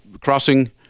crossing